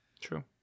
true